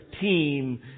team